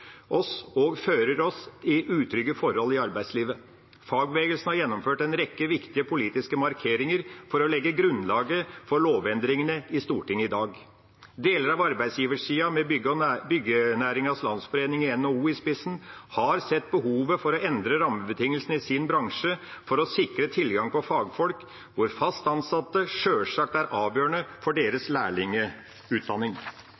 oss, og fører oss, til utrygge forhold i arbeidslivet. Fagbevegelsen har gjennomført en rekke viktige politiske markeringer for å legge grunnlaget for lovendringene i Stortinget i dag. Deler av arbeidsgiversida, med Byggenæringens Landsforening i NHO i spissen, har sett behovet for å endre rammebetingelsene i sin bransje for å sikre tilgang på fagfolk, hvor fast ansatte sjølsagt er avgjørende for